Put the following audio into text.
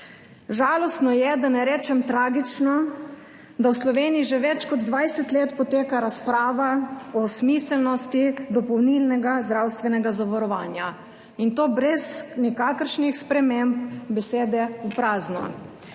Žalostno je, da ne rečem tragično, da v Sloveniji že več kot 20 let poteka razprava o smiselnosti dopolnilnega zdravstvenega zavarovanja in to brez nikakršnih sprememb, besede v prazno.